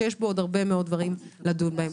שיש בו עוד הרבה מאוד דברים לדון בהם.